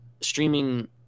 streaming